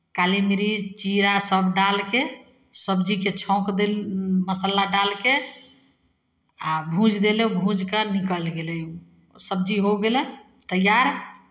काली मिरीच जीरा सभ डालि कऽ सब्जीकेँ छौँक देली मसाला डालि कऽ आ भूजि देली भूजि कर निकलि गेलै सब्जी हो गेलै तैयार